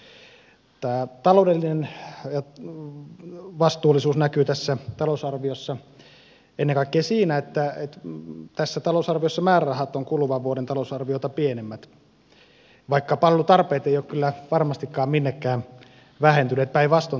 tämä taloudellinen vastuullisuus näkyy tässä talousarviossa ennen kaikkea siinä että tässä talousarviossa määrärahat ovat kuluvan vuoden talousarviota pienemmät vaikka palvelutarpeet eivät ole kyllä varmastikaan minnekään vähentyneet päinvastoin